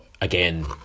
Again